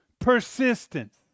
Persistence